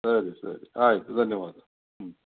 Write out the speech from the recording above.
ಸರಿ ಸರಿ ಆಯ್ತು ಧನ್ಯವಾದ ಹ್ಞೂ